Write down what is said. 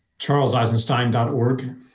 CharlesEisenstein.org